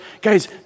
guys